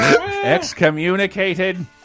Excommunicated